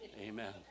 Amen